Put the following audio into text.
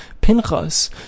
Pinchas